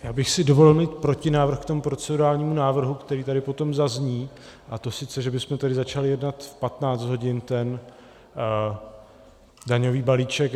Já bych si dovolil mít protinávrh k tomu procedurálnímu návrhu, který tady potom zazní, a sice že bychom tady začali jednat v 15 hodin ten daňový balíček.